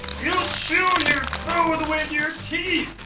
you chew your food with your teeth!